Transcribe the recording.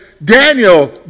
Daniel